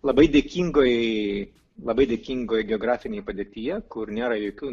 labai dėkingoj labai dėkingoj geografinėj padėtyje kur nėra jokių